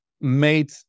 made